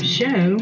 show